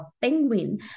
Penguin